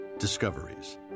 Discoveries